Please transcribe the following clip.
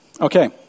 Okay